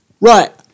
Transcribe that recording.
Right